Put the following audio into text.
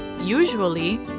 Usually